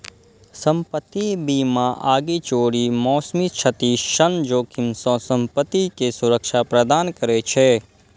संपत्ति बीमा आगि, चोरी, मौसमी क्षति सन जोखिम सं संपत्ति कें सुरक्षा प्रदान करै छै